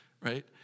right